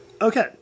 Okay